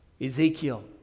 Ezekiel